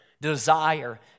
desire